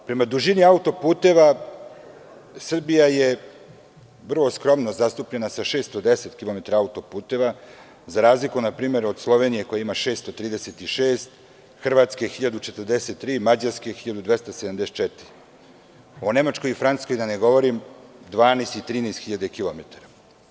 Prema dužini auto-puteva Srbija je vrlo skromno zastupljena sa 610 km auto-puteva, za razliku od Slovenije koja ima 636, Hrvatske 1043, Mađarske 1274, o Nemačkoj i Francuskoj da ne govorim 12.000 i 13.000 km.